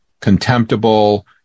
contemptible